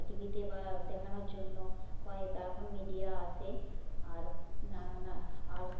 টি ভিতে বা দেখানোর জন্য কয় তখন মিডিয়া আসে আর নানা আর